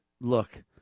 Look